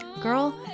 girl